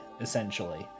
essentially